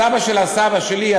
סבא של הסבא שלי,